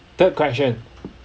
third question